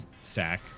sack